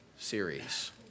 series